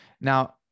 now